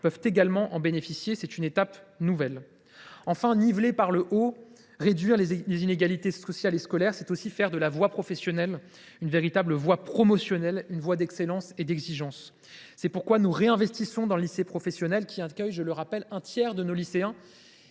peuvent également bénéficier de ce pass. C’est une étape nouvelle. Enfin, niveler par le haut, réduire les inégalités sociales et scolaires, c’est aussi faire de la voie professionnelle une véritable voie promotionnelle, une voie d’excellence et d’exigence. C’est pourquoi nous réinvestissons dans le lycée professionnel, lequel, s’il accueille un tiers de nos lycéens,